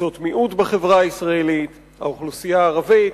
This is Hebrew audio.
קבוצות מיעוט בחברה הישראלית, האוכלוסייה הערבית.